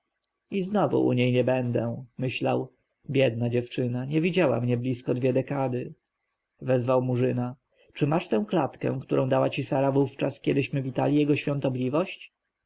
i znowu u niej nie będę myślał biedna dziewczyna nie widziała mnie blisko dwie dekady wezwał murzyna czy masz tę klatkę którą dała ci sara wówczas kiedyśmy witali jego świątobliwość